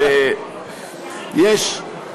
יש,